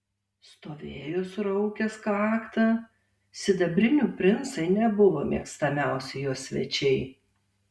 stovėjo suraukęs kaktą sidabrinių princai nebuvo mėgstamiausi jo svečiai